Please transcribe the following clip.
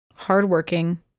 Hardworking